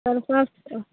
चारि पाँच सओ